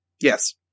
Yes